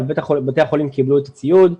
אבל בתי החולים קיבלו את הציוד,